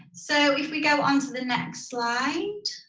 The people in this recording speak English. so if we go on to the next slide.